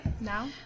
now